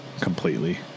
completely